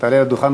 תעלה לדוכן,